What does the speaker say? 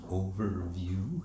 overview